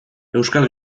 euskal